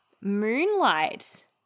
moonlight